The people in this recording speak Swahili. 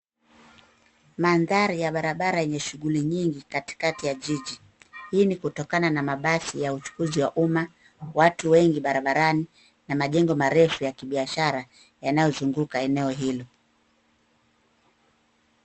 Mandhari ya barabara yenye shughuli nyingi katikati ya jiji. Hii ni kutokana na mabasi ya uchukuzi wa umma, watu wengi barabarani na majengo marefu ya kibiashara yanayozunguka eneo hilo.